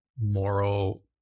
moral